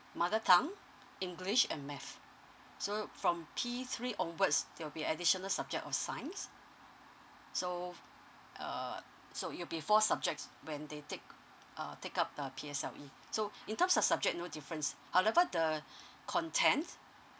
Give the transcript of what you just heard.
mother tongue english and math so from P three onwards there will be additional subject of science so err so it'll be four subjects when they take uh take up the P_S_L_E so in terms of subject no difference however the content